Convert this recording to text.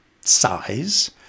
size